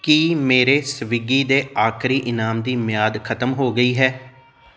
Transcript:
ਕੀ ਮੇਰੇ ਸਵਿਗੀ ਦੇ ਆਖ਼ਰੀ ਇਨਾਮ ਦੀ ਮਿਆਦ ਖਤਮ ਹੋ ਗਈ ਹੈ